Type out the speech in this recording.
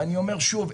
ואני אומר שוב,